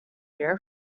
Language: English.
here